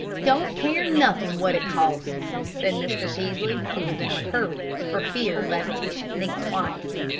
don't care nothin' what it costs, said mr. peaslee, who was in a hurry for fear lest he should think twice.